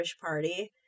party